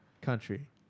country